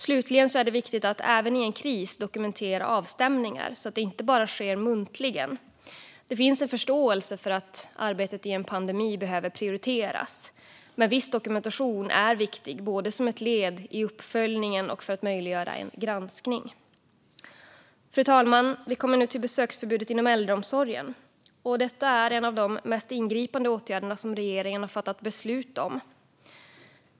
Slutligen är det viktigt att, även i en kris, dokumentera avstämningar så att de inte bara sker muntligen. Det finns en förståelse för att arbetet i en pandemi behöver prioriteras, men viss dokumentation är viktig både som ett led i uppföljningen och för att möjliggöra en granskning. Fru talman! Vi kommer nu till frågan om besöksförbudet inom äldreomsorgen. Detta är en av de mest ingripande åtgärder som regeringen har fattat beslut om.